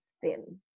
thin